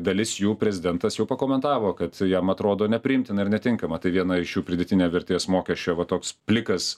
dalis jų prezidentas jau pakomentavo kad jam atrodo nepriimtina ir netinkama tai viena iš jų pridėtinės vertės mokesčio va toks plikas